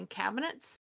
cabinets